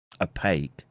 opaque